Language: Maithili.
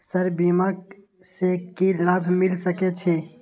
सर बीमा से की लाभ मिल सके छी?